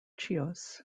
chios